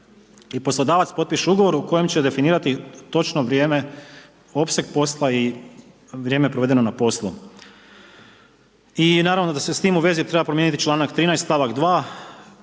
i poslodavac potpišu ugovor u kojem će definirati točno vrijeme, opseg posla i vrijeme provedeno na poslu. I naravno da se s tim u vezi treba promijeniti članak 13. stavak 2.